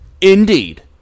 indeed